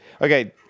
okay